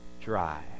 dry